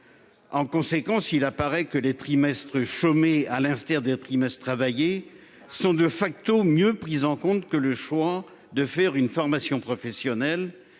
En conséquence, il apparaît que les trimestres chômés, à l'instar des trimestres travaillés, sont,, mieux pris en compte que le choix de faire une formation professionnelle,